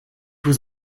was